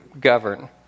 govern